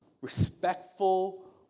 respectful